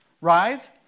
rise